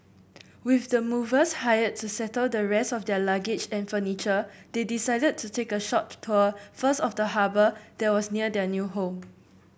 with the movers hired to settle the rest of their luggage and furniture they decided to take a short tour first of the harbour that was near their new home